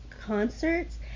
concerts